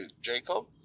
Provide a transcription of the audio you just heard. Jacob